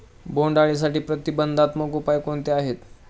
बोंडअळीसाठी प्रतिबंधात्मक उपाय कोणते आहेत?